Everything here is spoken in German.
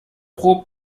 pro